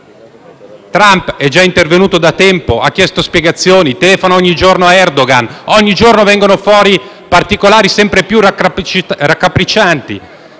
Trump è già intervenuto da tempo: ha chiesto spiegazioni e telefona ogni giorno a Erdogan. Ogni giorno vengono fuori particolari sempre più raccapriccianti,